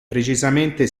precisamente